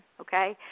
okay